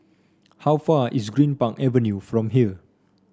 how far is Greenpark Avenue from here